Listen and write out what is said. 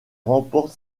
remporte